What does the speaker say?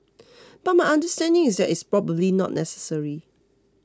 but my understanding is that it's probably not necessary